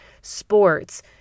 sports